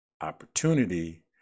opportunity